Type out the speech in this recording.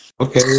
Okay